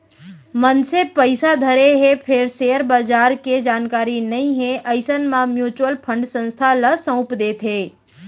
मनसे पइसा धरे हे फेर सेयर बजार के जानकारी नइ हे अइसन म म्युचुअल फंड संस्था ल सउप देथे